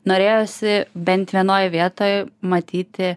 norėjosi bent vienoj vietoj matyti